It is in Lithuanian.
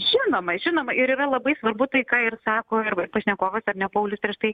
žinoma žinoma ir yra labai svarbu tai ką ir sako ir va pašnekovas ar ne paulius prieš tai